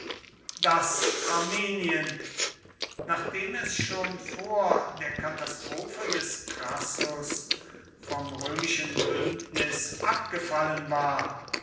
daß armenien nachdem es schon vor der katastrophe des crassus vom römischen bündnis abgefallen war